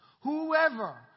whoever